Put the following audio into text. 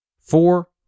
four